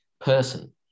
person